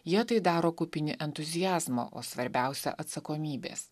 jie tai daro kupini entuziazmo o svarbiausia atsakomybės